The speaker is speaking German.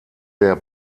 der